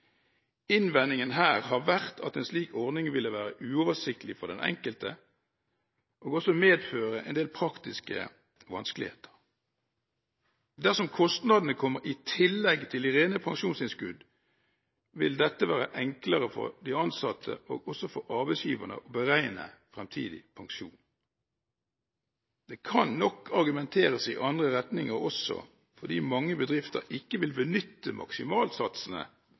Innvendingen her har vært at en slik ordning ville være uoversiktlig for den enkelte, og også medføre en del praktiske vanskeligheter. Dersom kostnadene kommer i tillegg til de rene pensjonsinnskudd, vil det være enklere for de ansatte og også for arbeidsgiverne å beregne fremtidig pensjon. Det kan nok argumenteres i andre retninger også, fordi mange bedrifter ikke vil benytte maksimalsatsene,